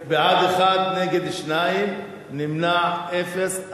בעד, 1, נגד, 2, ונמנעים, אפס.